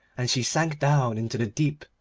and she sank down into the deep,